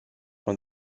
man